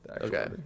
Okay